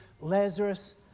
Lazarus